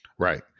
Right